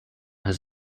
his